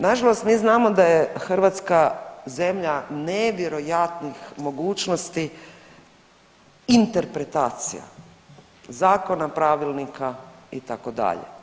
Nažalost mi znamo da je Hrvatska zemlja nevjerojatnih mogućnosti interpretacije zakona, pravilnika, itd.